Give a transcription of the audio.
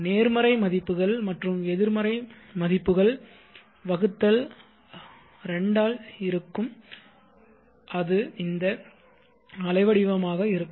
நேர்மறை மதிப்புகள் மற்றும் எதிர்மறை மதிப்புகள் வகுத்தல் 2 ஆல் இருக்கும் அது இந்த அலை வடிவமாக இருக்கும்